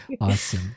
Awesome